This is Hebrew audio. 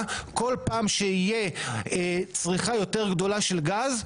כל פעם שתהיה צריכה יותר גדולה של גז,